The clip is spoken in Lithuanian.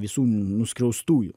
visų nuskriaustųjų